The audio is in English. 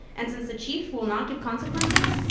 and since the chief will not give consequences,